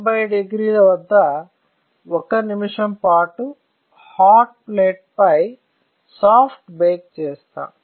90 డిగ్రీల వద్ద 1 నిమిషం పాటు హాట్ ప్లేట్ పై సాఫ్టు బేక్ చేస్తాం